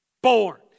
born